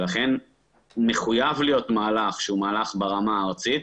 ולכן מחויב להיות מהלך שהא מהלך ברמה הארצית.